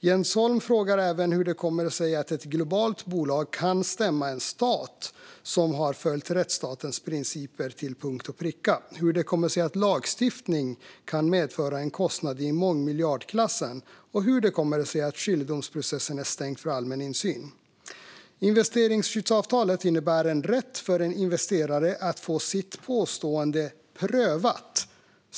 Jens Holm frågar även hur det kommer sig att ett globalt bolag kan stämma en stat som har följt rättsstatens principer till punkt och pricka, hur det kommer sig att lagstiftning kan medföra en kostnad i mångmiljardklassen och hur det kommer sig att skiljedomsprocessen är stängd för allmän insyn. Investeringsskyddsavtalet innebär en rätt för en investerare att få sitt påstående prövat.